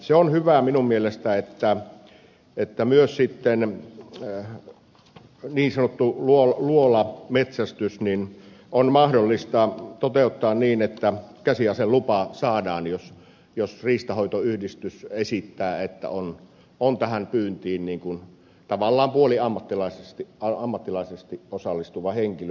se on hyvä minun mielestäni että myös sitten niin sanottu luolametsästys on mahdollista toteuttaa niin että käsiaselupa saadaan jos riistanhoitoyhdistys esittää että on tähän pyyntiin niin kuin tavallaan puoliammattilaisesti osallistuva henkilö